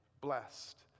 blessed